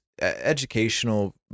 educational